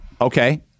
Okay